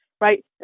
Right